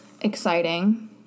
exciting